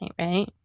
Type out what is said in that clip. right